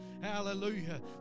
hallelujah